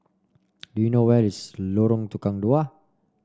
do you know where is Lorong Tukang Dua